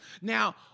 now